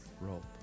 rope